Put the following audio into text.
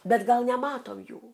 bet gal nematom jų